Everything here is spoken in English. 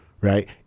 right